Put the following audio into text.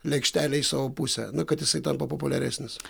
lėkštelę į savo pusę na kad jisai tampa populiaresnis